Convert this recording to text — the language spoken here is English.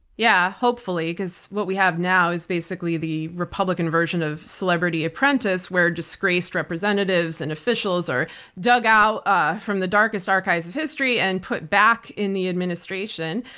yeah, hopefully because what we have now is basically the republican version of celebrity apprentice where disgraced representatives and officials are dug out ah from the darkest archives of history and put back in the administration.